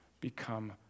become